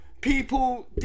people